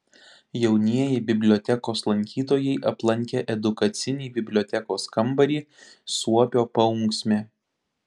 jaunieji bibliotekos lankytojai aplankė edukacinį bibliotekos kambarį suopio paunksmė